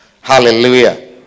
hallelujah